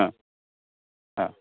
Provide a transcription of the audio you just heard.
അ അ